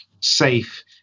safe